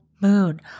moon